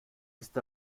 ist